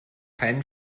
keinen